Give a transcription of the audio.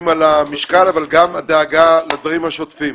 על המשקל אבל גם הדאגה לדברים השוטפים.